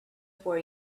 for